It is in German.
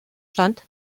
stand